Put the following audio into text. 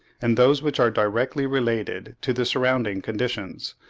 and those which are directly related to the surrounding conditions,